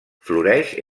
floreix